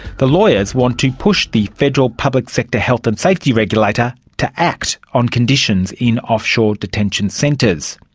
the lawyers want to push the federal public sector health and safety regulator to act on conditions in offshore detention centres.